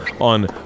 on